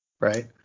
Right